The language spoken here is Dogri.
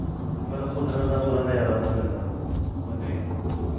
मतलव कुदरत दा पूरा नजारा उद्धर मिलदा बंदे गी